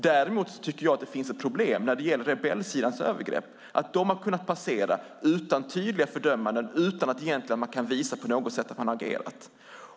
Däremot tycker jag att det finns ett problem när det gäller rebellsidans övergrepp, att de har kunnat passera utan tydliga fördömanden, utan att man egentligen på något sätt har kunnat visa att man har agerat.